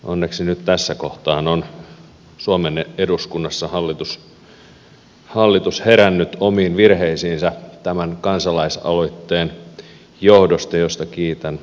onneksi nyt tässä kohtaa on suomen eduskunnassa hallitus herännyt omiin virheisiinsä tämän kansalaisaloitteen johdosta mistä kiitän tekijöitä